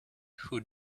who